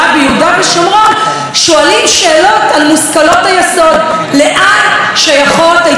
שואלים שאלות על מושכלות היסוד: לאן שייכות ההתיישבויות ביהודה ושומרון?